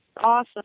Awesome